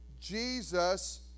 Jesus